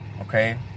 okay